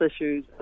issues